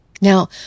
Now